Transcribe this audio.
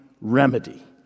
remedy